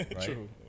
True